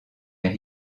air